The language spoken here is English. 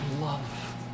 love